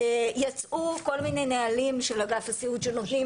מבחינת הנושא שדיברתם על תקינה,